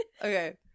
Okay